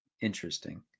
Interesting